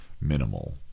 minimal